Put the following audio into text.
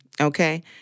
Okay